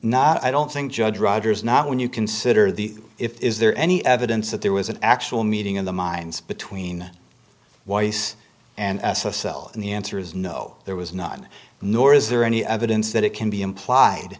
not i don't think judge rogers not when you consider the if is there any evidence that there was an actual meeting in the minds between weiss and s s l and the answer is no there was not nor is there any evidence that it can be implied